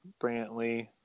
Brantley